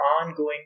ongoing